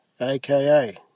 Aka